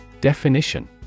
Definition